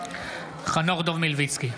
חנוך דב מלביצקי,